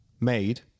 made